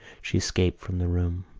she escaped from the room.